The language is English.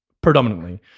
predominantly